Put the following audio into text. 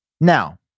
Now